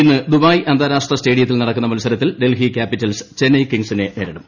ഇന്ന് ദുബായ് അന്താരാഷ്ട്ര സ്റ്റേഡിയത്തിൽ നടക്കുന്ന മത്സരത്തിൽ ഡൽഹി ക്യാപിറ്റൽസ് ചെന്നൈ കിങ്സിനെ നേരിടും